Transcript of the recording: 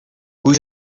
kui